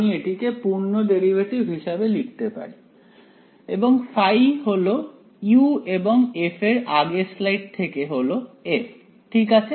আমি এটিকে পূর্ণ ডেরিভেটিভ হিসাবে লিখতে পারি এবং ϕ হল u এবং f আগের স্লাইড থেকে হলো F ঠিক আছে